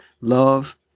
love